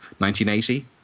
1980